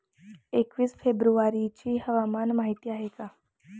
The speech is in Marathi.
एकवीस फेब्रुवारीची हवामान माहिती आहे का?